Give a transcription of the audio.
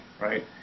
right